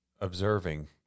observing